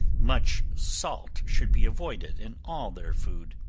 much salt should be avoided in all their food.